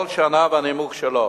כל שנה והנימוק שלה.